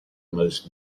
most